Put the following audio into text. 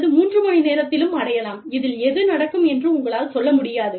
அல்லது மூன்று மணி நேரத்திலும் அடையலாம் இதில் எது நடக்கும் என்று உங்களால் சொல்ல முடியாது